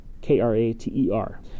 k-r-a-t-e-r